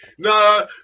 Nah